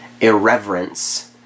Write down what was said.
Irreverence